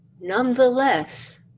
Nonetheless